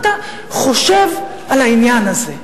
מה אתה חושב על העניין הזה?